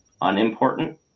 unimportant